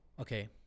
Okay